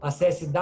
Acesse